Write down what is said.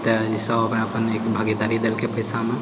ओतऽ सब अपन अपन एक भागीदारी देलकै पैसामे